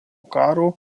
karo